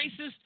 racist